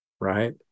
Right